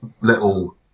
little